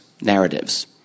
Narratives